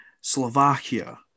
Slovakia